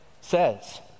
says